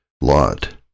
Lot